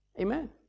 Amen